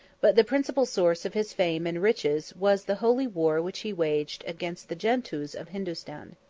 but the principal source of his fame and riches was the holy war which he waged against the gentoos of hindostan.